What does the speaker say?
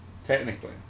Technically